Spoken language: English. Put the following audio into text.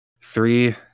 Three